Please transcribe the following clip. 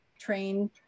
train